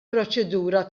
proċedura